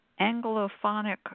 Anglophonic